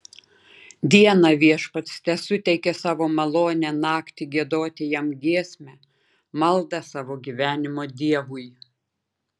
dieną viešpats tesuteikia savo malonę naktį giedoti jam giesmę maldą savo gyvenimo dievui